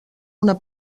una